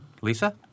Lisa